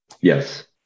Yes